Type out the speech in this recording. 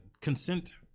Consent